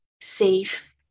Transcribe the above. safe